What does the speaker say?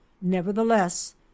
Nevertheless